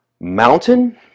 mountain